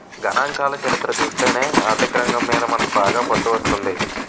గణాంకాల చరిత్ర చూస్తేనే ఆర్థికరంగం మీద మనకు బాగా పట్టు వస్తుంది